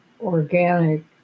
organic